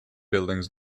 buildings